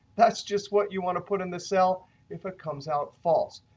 that's just what you want to put in the cell if it comes out false.